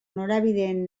norabideen